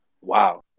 Wow